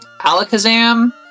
Alakazam